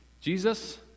Jesus